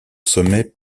sommet